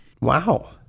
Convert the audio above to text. Wow